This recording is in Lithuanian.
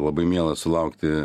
labai miela sulaukti